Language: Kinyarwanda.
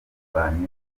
banyuze